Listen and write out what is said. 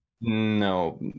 No